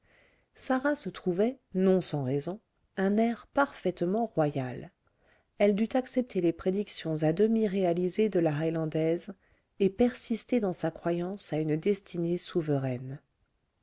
sarah se trouvait non sans raison un air parfaitement royal elle dut accepter les prédictions à demi réalisées de la highlandaise et persister dans sa croyance à une destinée souveraine